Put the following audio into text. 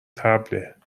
طبله